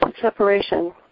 separation